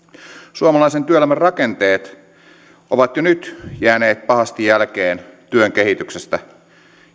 suomalaisen työelämän rakenteet ovat jo nyt jääneet pahasti jälkeen työn kehityksestä